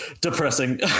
depressing